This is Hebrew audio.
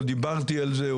או דיברתי על זה,